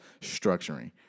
structuring